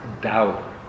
doubt